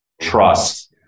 trust